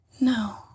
no